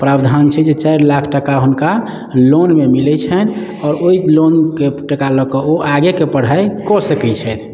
प्रावधान छै जे चारि लाख टका हुनका लोनमे मिलै छनि आओर ओहि लोनके टका लऽ कऽ ओ आगेके पढ़ाइ कऽ सकै छथि